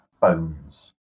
bones